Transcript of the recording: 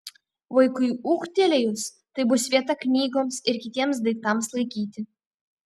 vaikui ūgtelėjus tai bus vieta knygoms ir kitiems daiktams laikyti